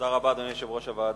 תודה רבה, אדוני יושב-ראש הוועדה.